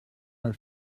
her